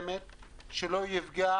לא צריך לפגוע